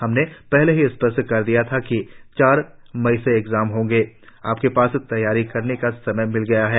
हमने पहले ही स्पष्ट कर दिया था कि चार मई से एग्जाम होंगे आपके पास तैयारी का समय मिल गया है